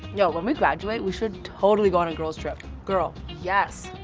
yo, when we graduate, we should totally go on a girl's trip. girl, yes!